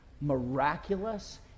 miraculous